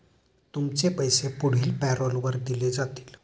तुमचे पैसे पुढील पॅरोलवर दिले जातील